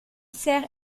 sert